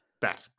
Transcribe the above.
bad